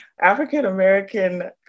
African-American